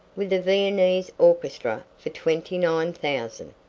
with a viennese orchestra for twenty-nine thousand!